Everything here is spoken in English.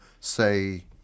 say